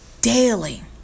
daily